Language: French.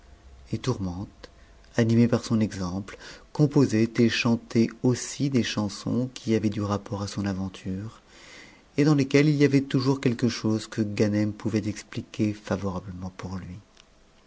et tourmente animée par son exemple composait et chantait aussi des chansons qui avaient du rapport à son aventure et dans lesquelles il y avait toujours quelque chose que ganem pôuvait expliquer favorablement pour lui